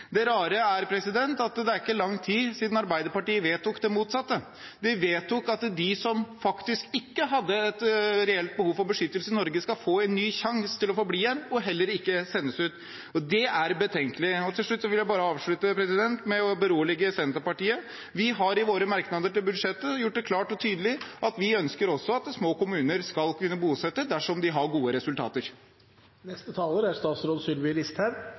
Det rare er at det ikke er lang tid siden Arbeiderpartiet vedtok det motsatte. De vedtok at de som faktisk ikke har et reelt behov for beskyttelse i Norge, skal få en ny sjanse til å få bli og ikke sendes ut. Det er betenkelig. Jeg vil avslutte med å berolige Senterpartiet: Vi har i våre merknader til budsjettet gjort det klart og tydelig at vi også ønsker at små kommuner skal kunne bosette dersom de har gode resultater. Jeg vil også innom representanten Andersen og disse påstandene om at man snakker ned. Da er